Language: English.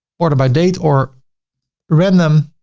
order by date or random